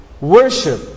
worship